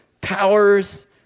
powers